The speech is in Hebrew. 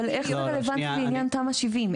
אבל, איך זה רלוונטי לתמ"א 70?